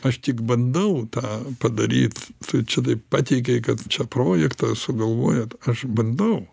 aš tik bandau tą padaryt tu čia taip pateikei kad čia projektą sugalvojot aš bandau